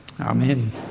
Amen